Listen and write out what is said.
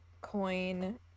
Coin